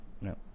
no